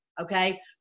okay